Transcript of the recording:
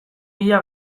bila